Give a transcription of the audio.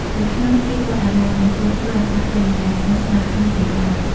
នៅក្នុងទីវត្តអារាម មិនគួរធ្វើអាកប្បកិរិយាស្និទ្ធស្នាលគ្នាពេកឡើយ។